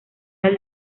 del